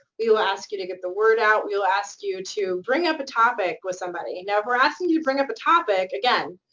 we will ask you to get the word out. we will ask you to bring up a topic with somebody. now, if we're asking you to bring up a topic, again,